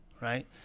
right